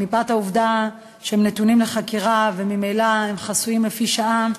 מפאת העובדה שהם נתונים לחקירה וממילא הם חסויים לפי שעה,